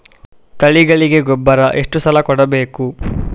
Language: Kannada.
ತಳಿಗಳಿಗೆ ಗೊಬ್ಬರ ಎಷ್ಟು ಸಲ ಕೊಡಬೇಕು?